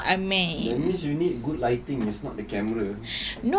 that means you need good lighting is not the camera